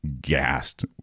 gassed